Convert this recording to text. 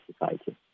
society